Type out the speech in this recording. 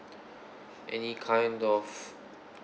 any kind of